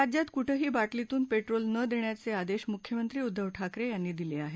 राज्यात कुठंही बाटलीतून पेट्रोल न देण्याचे आदेश मुख्यमंत्री उद्धव ठाकरे यांनी दिले आहेत